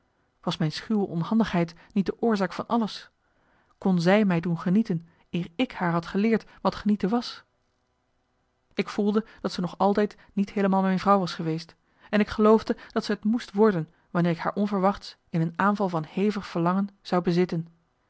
was mijn schuwe onhandigheid niet de oorzaak van alles kon zij mij doen genieten eer ik haar had geleerd wat genieten was ik voelde dat ze nog altijd niet heelemaal mijn vrouw was geweest en ik geloofde dat ze t moest worden wanneer ik haar onverwachts in een aanval van hevig verlangen zou bezitten